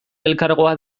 elkargoa